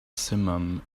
simum